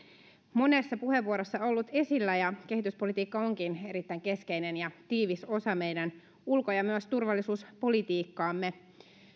monessa puheenvuorossa ollut esillä ja kehityspolitiikka onkin erittäin keskeinen ja tiivis osa meidän ulko ja myös turvallisuuspolitiikkaamme